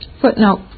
footnote